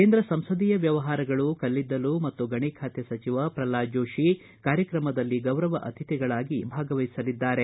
ಕೇಂದ್ರ ಸಂಸದೀಯ ವ್ಯವಹಾರಗಳು ಕಲ್ಲಿದ್ದಲು ಮತ್ತು ಗಣಿ ಖಾತೆ ಸಚಿವ ಪ್ರಲ್ವಾದ ಜೋಶಿ ಕಾರ್ಯಕ್ರಮದಲ್ಲಿ ಗೌರವ ಅತಿಥಿಗಳಾಗಿ ಭಾಗವಹಿಸಲಿದ್ದಾರೆ